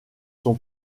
son